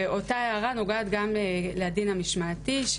אותה הערה נוגעת גם לדין המשמעתי,